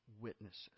witnesses